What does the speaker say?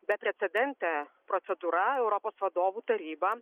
beprecedentė procedūra europos vadovų taryba